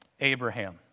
Abraham